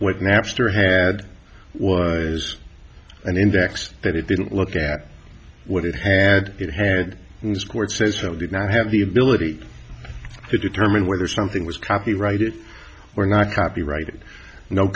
what napster had was an index that it didn't look at what it had and it had things court says how did not have the ability to determine whether something was copyrighted or not copyrighted no